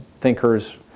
thinkers